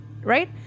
right